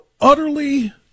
utterly